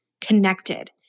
connected